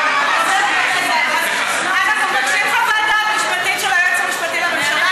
בקשה לחוות דעת כללית, זה לא שאלה משפטית מופשטת.